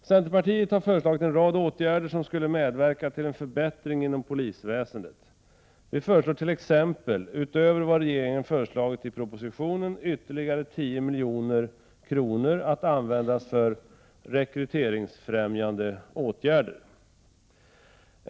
Centerpartiet har föreslagit en rad åtgärder som skulle medverka till en förbättring inom polisväsendet. Vi föreslår t.ex., utöver vad regeringen föreslagit i propositionen, ytterligare 10 milj.kr. att användas för rekryteringsfrämjande åtgärder.